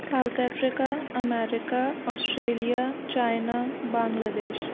South Africa America Australia China Bangladesh